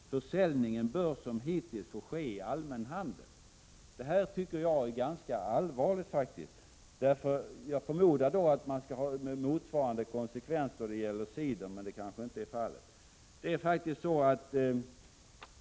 Försäljning bör som hittills få ske i allmän handel.” Det tycker jag faktiskt är ganska allvarligt. Samma sak bör i så fall gälla cider, men det kanske inte är avsikten.